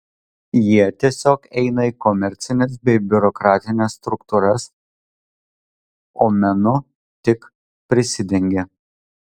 jie tiesiog eina į komercines bei biurokratines struktūras o menu tik prisidengia